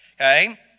okay